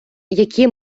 які